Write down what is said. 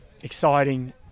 exciting